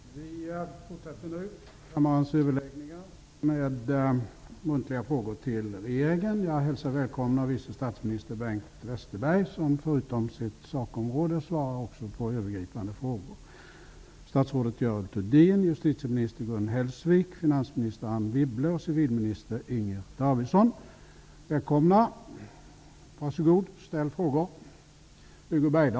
Vi fortsätter nu kammarens överläggningar med muntliga frågor till regeringen. Jag hälsar välkommen vice statsminister Bengt Westerberg, som svarar på övergripande frågor, förutom frågor inom sitt sakområde. Jag hälsar också statsrådet